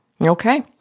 Okay